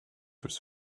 his